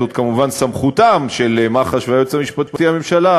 זאת כמובן סמכותם של מח"ש והיועץ המשפטי לממשלה,